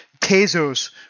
Tezos